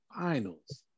finals